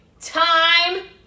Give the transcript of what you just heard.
Time